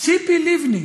ציפי לבני.